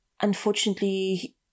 Unfortunately